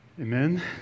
Amen